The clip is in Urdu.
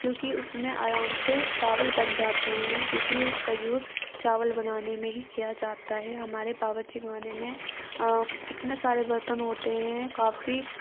کیونکہ اس میں آرام سے چاول بن جاتے ہیں کیونکہ اس کا یوز چاول بنانے میں ہی کیا جاتا ہے ہمارے باورچی خانے میں اتنے سارے برتن ہوتے ہیں کافی